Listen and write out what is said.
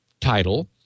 title